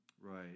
Right